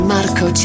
Marco